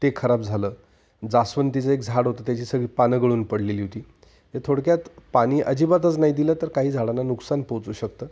ते खराब झालं जास्वदीचं एक झाड होतं त्याची सगळी पानं गळून पडलेली होती ते थोडक्यात पाणी अजिबातच नाही दिलं तर काही झाडांना नुकसान पोचू शकतं